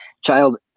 child